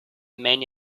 many